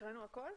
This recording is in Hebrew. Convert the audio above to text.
הקראנו הכול?